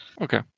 Okay